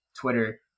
Twitter